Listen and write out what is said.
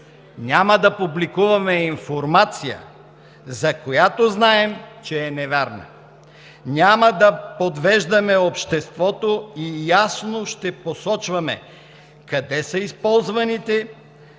Няма да публикуваме информация, за която знаем, че е невярна. Няма да подвеждаме обществото и ясно ще посочваме къде са използвани